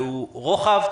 והוא רוחב,